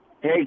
Hey